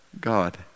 God